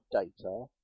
data